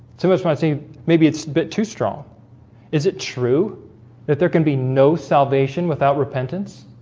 so much might seem maybe it's a bit too strong is it true that there can be no salvation without repentance